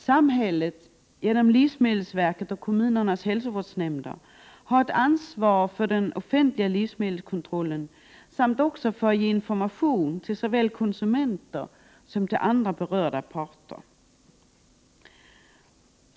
Samhället — genom livsmedelsverket och kommunernas hälsovårdsnämnder — har ett ansvar för den offentliga livsmedelskontrollen samt även för att ge information såväl till konsumenter som till andra berörda parter.